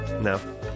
No